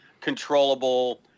controllable